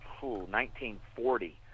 1940